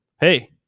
Hey